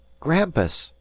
grampus,